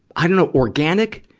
i dunno, organic,